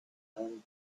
him